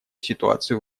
ситуацию